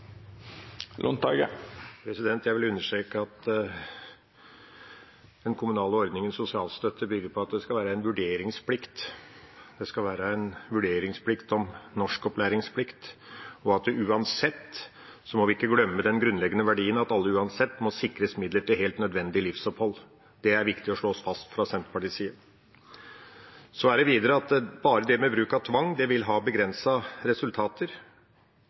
Jeg vil understreke at i den kommunale ordningen sosialstøtte bygger på, skal det være en vurderingsplikt, det skal være en vurderingsplikt om norskopplæringsplikt. Og vi må ikke glemme den grunnleggende verdien av at alle uansett må sikres midler til helt nødvendig livsopphold. Det er viktig å slå fast fra Senterpartiets side. Så er det videre slik at bare bruk av tvang vil gi begrensede resultater.